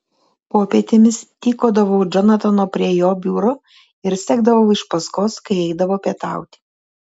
popietėmis tykodavau džonatano prie jo biuro ir sekdavau iš paskos kai eidavo pietauti